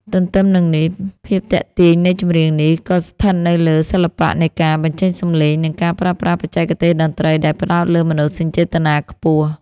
ទន្ទឹមនឹងនេះ ភាពទាក់ទាញនៃ ចម្រៀងនេះ ក៏ស្ថិតនៅលើសិល្បៈនៃការបញ្ចេញសម្លេង និងការប្រើប្រាស់បច្ចេកទេសតន្ត្រីដែលផ្ដោតលើមនោសញ្ចេតនាខ្ពស់។